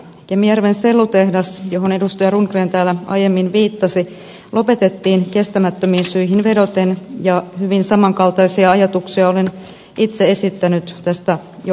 kemijärven sellutehdas johon edustaja rundgren täällä aiemmin viittasi lopetettiin kestämättömiin syihin vedoten ja hyvin samankaltaisia ajatuksia olen itse esittänyt tästä jo aiemmin